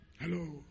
Hello